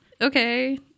Okay